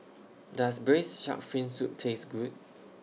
Does Braised Shark Fin Soup Taste Good